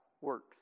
works